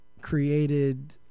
created